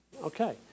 Okay